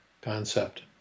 concept